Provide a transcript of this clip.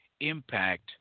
impact